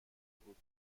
بود